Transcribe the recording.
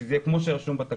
שזה יהיה כפי שרשום בתקנון,